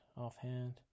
offhand